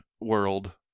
world